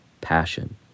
passion